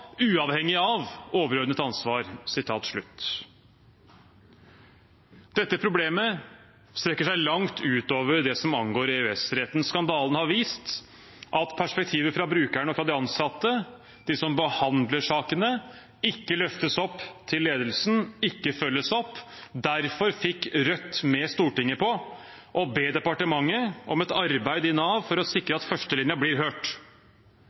uavhengig av overordnet ansvar». Dette problemet strekker seg langt utover det som angår EØS-retten. Skandalen har vist at perspektiver fra brukerne og fra de ansatte, de som behandler sakene, ikke løftes opp til ledelsen, ikke følges opp. Derfor fikk Rødt Stortinget med på å be departementet om et arbeid i Nav for å sikre at førstelinjen blir hørt.